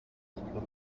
languages